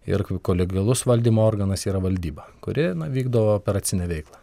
ir kolegialus valdymo organas yra valdyba kuri vykdo operacinę veiklą